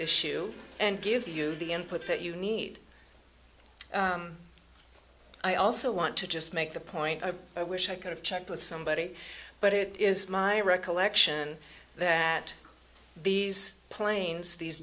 issue and give you the input that you need i also want to just make the point i wish i could have checked with somebody but it is my recollection that these planes these